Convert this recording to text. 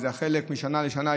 זה היה חלק, משנה לשנה.